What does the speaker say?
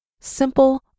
Simple